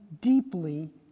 deeply